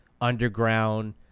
underground